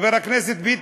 יהיה להם יום חופש סתם.